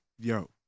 Yo